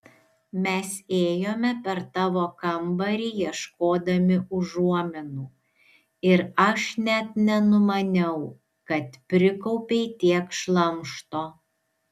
mes ėjome per tavo kambarį ieškodami užuominų ir aš net nenumaniau kad prikaupei tiek šlamšto